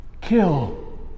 Kill